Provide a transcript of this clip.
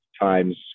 times